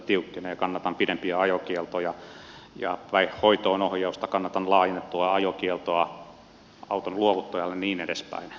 kannatan pidempiä ajokieltoja ja päihdehoitoon ohjausta kannatan laajennettua ajokieltoa auton luovuttajalle ja niin edespäin